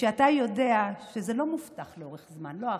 וכשאתה יודע שזה לא מובטח לאורך זמן, לא האחזקה,